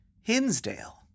Hinsdale